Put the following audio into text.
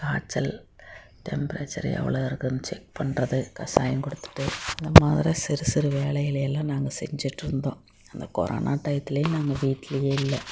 காய்ச்சல் டெம்ப்ரேச்சர் எவ்வளது இருக்குது செக் பண்ணுறது கசாயம் கொடுத்துட்டு இந்த மாதிரி சிறு சிறு வேலைகளை எல்லாம் நாங்க செஞ்சிகிட்டு இருந்தோம் அந்த கொரோனா டையத்திலையும் நாங்கள் வீட்லையே இல்லை